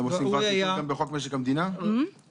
נועד